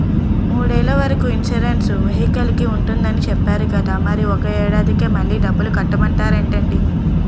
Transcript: మూడేళ్ల వరకు ఇన్సురెన్సు వెహికల్కి ఉంటుందని చెప్పేరు కదా మరి ఒక్క ఏడాదికే మళ్ళి డబ్బులు కట్టమంటారేంటండీ?